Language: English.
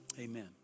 Amen